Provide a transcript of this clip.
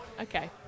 Okay